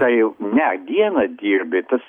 tai jau ne dieną dirbi tas